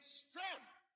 strength